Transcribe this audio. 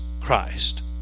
Christ